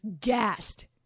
gassed